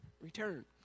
return